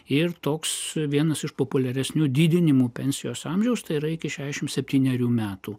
ir toks vienas iš populiaresnių didinimų pensijos amžiaus tai yra iki šešim septynerių metų